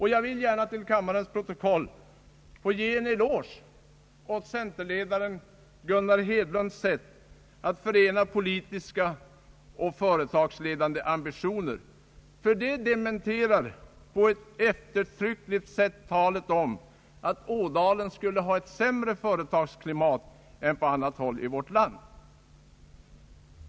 Jag vill gärna ge en eloge åt centerledaren Gunnar Hedlund för hans sätt att förena politiska och företagsledande ambitioner. Det dementerar på ett eftertryckligt sätt talet om att man i Ådalen skulle ha ett sämre företagsklimat än på annat håll i vårt land.